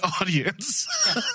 audience